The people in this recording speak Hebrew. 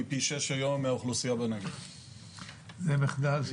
היא פי שישה היום מהאוכלוסייה בנגב.